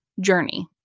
journey